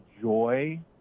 joy